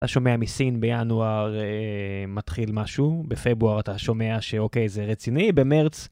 אתה שומע מסין בינואר אההה מתחיל משהו, בפברואר אתה שומע שאוקיי זה רציני, במרץ...